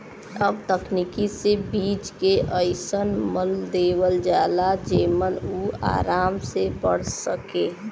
अब तकनीक से बीज के अइसन मल देवल जाला जेमन उ आराम से बढ़ सके